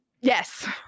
Yes